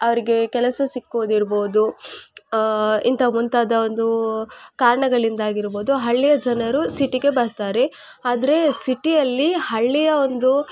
ಅವರಿಗೆ ಕೆಲಸ ಸಿಕ್ಕೋದಿರ್ಬೋದು ಇಂತ ಮುಂತಾದ ಒಂದು ಕಾರಣಗಳಿಂದಾಗಿರ್ಬೋದು ಹಳ್ಳಿಯ ಜನರು ಸಿಟಿಗೆ ಬರ್ತಾರೆ ಆದರೆ ಸಿಟಿಯಲ್ಲಿ ಹಳ್ಳಿಯ ಒಂದು